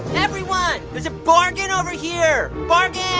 everyone, there's a bargain over here. bargain